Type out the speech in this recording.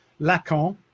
Lacan